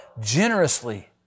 generously